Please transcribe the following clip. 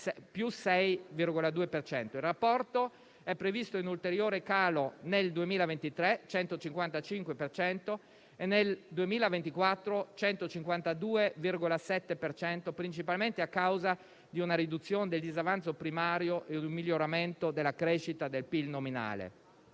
Il rapporto è previsto in ulteriore calo nel 2023 (155 per cento) e nel 2024 (152,7 per cento) principalmente grazie ad una riduzione del disavanzo primario e di un miglioramento della crescita del PIL nominale.